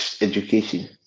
education